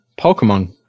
Pokemon